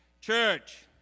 Church